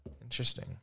Interesting